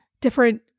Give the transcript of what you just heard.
different